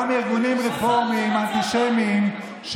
אותם ארגונים רפורמיים אנטישמיים,